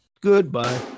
Goodbye